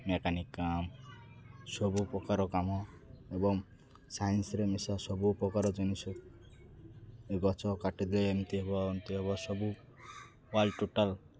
mechanic କାମ ସବୁ ପ୍ରକାର କାମ ଏବଂ ସାଇନ୍ସରେ ମିଶା ସବୁ ପ୍ରକାର ଜିନିଷ ଏ ଗଛ କାଟିଦେ ଏମିତି ହବ ଏମତି ହବ ସବୁ ଅଲ୍ ଟୋଟାଲ୍